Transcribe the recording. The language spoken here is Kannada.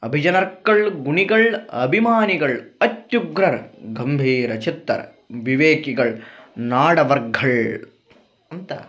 ಅಬಿಜನರ್ಕಳ್ ಗುಣಿಗಳ್ ಅಭಿಮಾನಿಗಳ್ ಅತ್ಯುಗ್ರರ್ ಗಂಭೀರ ಚಿತ್ತರ್ ವಿವೇಕಿಗಳ್ ನಾಡವರ್ಘಳ್ ಅಂತ